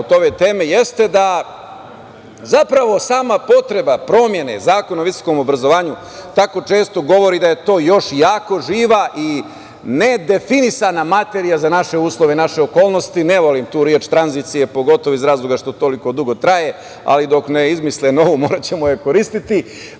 ove teme jeste da zapravo sama potreba promene Zakona o visokom obrazovanju tako često govori da je to još jako živa i nedefinisana materija za naše uslove, naše okolnosti, ne volim tu reč – tranzicije, pogotovo iz razloga što toliko dugo traje, ali dok ne izmislimo novu moraćemo je koristiti.